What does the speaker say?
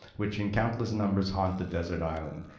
which in countless numbers haunt the desert island.